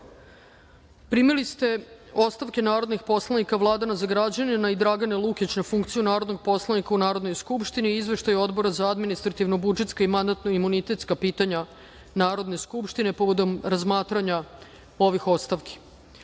ste ostavke narodnih poslanika Vladana Zagrađanina i Dragane Lukić na funkciju narodnog poslanika u Narodnoj skupštini, Izveštaj Odbora za administrativno-budžetska i mandatno-imunitetska pitanja Narodne skupštine povodom razmatranja ovih ostavki. Primili